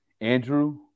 Andrew